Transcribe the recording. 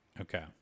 Okay